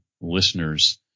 listeners